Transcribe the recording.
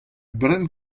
bren